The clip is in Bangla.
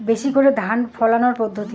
বেশি করে ধান ফলানোর পদ্ধতি?